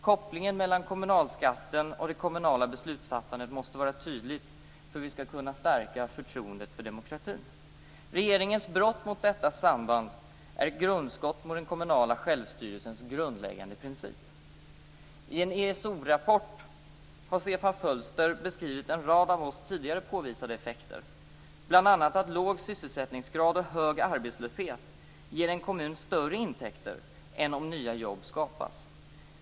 Kopplingen mellan kommunalskatten och det kommunala beslutsfattandet måste vara tydlig för att vi skall kunna stärka förtroendet för demokratin. Regeringens brott mot detta samband är ett grundskott mot den kommunala självstyrelsens grundläggande princip. I en ESO-rapport har Stefan Fölster beskrivit en rad av oss tidigare påvisade effekter, bl.a. att låg sysselsättningsgrad och hög arbetslöshet ger en kommun större intäkter än om nya jobb skapas.